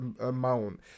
amount